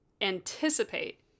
anticipate